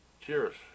Cheers